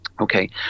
Okay